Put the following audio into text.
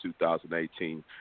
2018